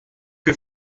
que